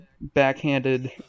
backhanded